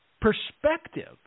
perspective